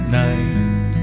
night